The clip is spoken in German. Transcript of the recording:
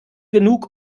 genug